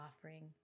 offering